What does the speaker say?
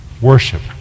Worship